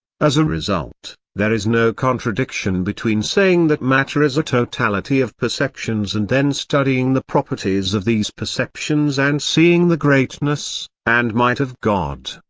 as a result, there is no contradiction between saying that matter is a totality of perceptions and then studying the properties of these perceptions and seeing the greatness, and might of god.